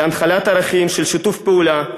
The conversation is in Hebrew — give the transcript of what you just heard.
להנחלת ערכים של שיתוף פעולה,